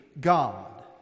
God